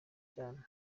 cyane